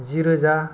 जि रोजा